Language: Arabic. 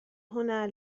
هنا